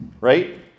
right